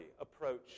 approach